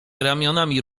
ramionami